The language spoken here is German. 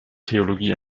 theologie